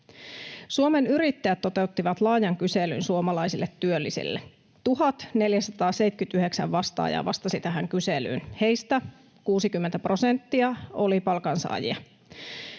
Suomen yrittäjät toteuttivat laajan kyselyn suomalaisille työllisille. 1 479 vastaajaa vastasi tähän kyselyyn, heistä 60 prosenttia oli palkansaajia.